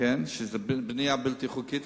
שזו בנייה בלתי חוקית,